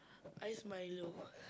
ice milo